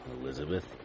Elizabeth